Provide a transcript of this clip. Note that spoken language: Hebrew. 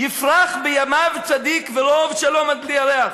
"יפרח בימיו צדיק, ורב שלום עד בלי ירח.